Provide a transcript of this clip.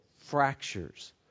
fractures